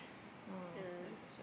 yeah